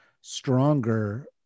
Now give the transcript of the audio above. stronger